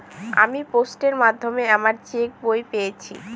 আমি পোস্টের মাধ্যমে আমার চেক বই পেয়েছি